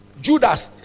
Judas